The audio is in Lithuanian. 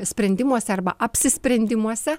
sprendimuose arba apsisprendimuose